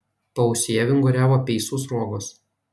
paausyje vinguriavo peisų sruogos